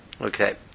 Okay